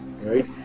right